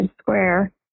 Square